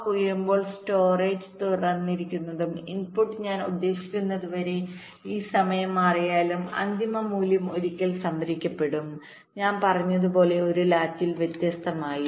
clock ഉയരുമ്പോൾ storage തുറന്നിരിക്കുന്നതും input ഞാൻ ഉദ്ദേശിക്കുന്നതുവരെ ഈ സമയം മാറിയാലും അന്തിമ മൂല്യം ഒടുവിൽ സംഭരിക്കപ്പെടും ഞാൻ പറഞ്ഞത് പോലെ ഒരു ലാച്ചിൽ വ്യത്യസ്തമായി